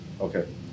Okay